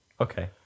Okay